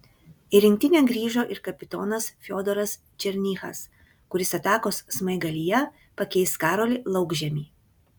į rinktinę grįžo ir kapitonas fiodoras černychas kuris atakos smaigalyje pakeis karolį laukžemį